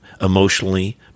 emotionally